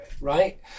right